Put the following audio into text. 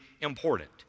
important